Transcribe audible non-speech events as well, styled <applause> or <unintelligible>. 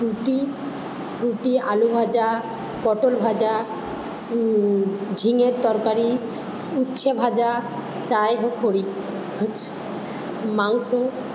রুটি রুটি আলু ভাজা পটল ভাজা <unintelligible> ঝিঙের তরকারি উচ্ছে ভাজা যাই হোক করি হচ্ছে মাংস